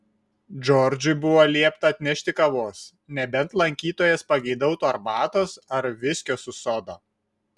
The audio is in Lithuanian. džordžui buvo liepta atnešti kavos nebent lankytojas pageidautų arbatos ar viskio su soda